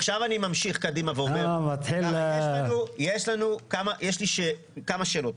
עכשיו אני ממשיך קדימה ואומר, יש לי כמה שאלות.